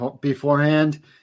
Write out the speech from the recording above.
beforehand